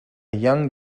young